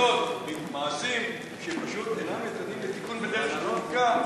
התנהגויות ומעשים שפשוט אינם ניתנים לתיקון בדרך החוקה,